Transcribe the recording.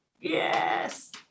Yes